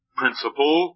principle